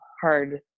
hard